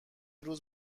روز